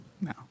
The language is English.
no